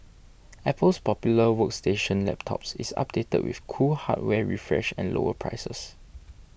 Apple's popular workstation laptops is updated with cool hardware refresh and lower prices